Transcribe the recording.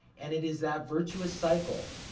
and it is that virtuous cycle,